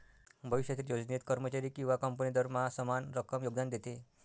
भविष्यातील योजनेत, कर्मचारी किंवा कंपनी दरमहा समान रक्कम योगदान देते